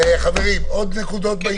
חברים, עוד נקודות?